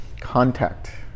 contact